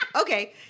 okay